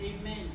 Amen